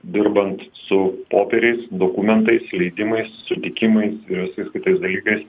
dirbant su popieriais dokumentais leidimais sutikimais ir visais kitais dalykais